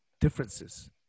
differences